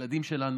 ישלמו